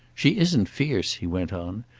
she isn't fierce, he went on.